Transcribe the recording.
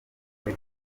muri